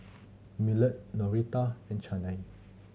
Millard Noretta and Chaney